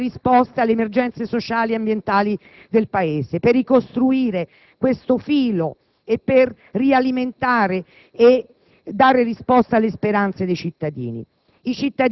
per dare risposta alle emergenze sociali e ambientali del Paese, per ricostruire questo filo, per rialimentare e dare risposta alle speranze dei cittadini.